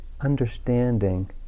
understanding